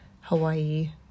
Hawaii